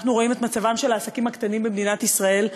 כשאנחנו רואים את מצבם של העסקים הקטנים במדינת ישראל,